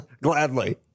Gladly